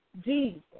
Jesus